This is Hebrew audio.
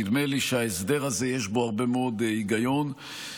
נדמה לי שיש הרבה מאוד היגיון בהסדר הזה.